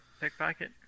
Pickpocket